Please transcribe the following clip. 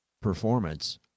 performance